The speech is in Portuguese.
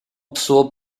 pessoa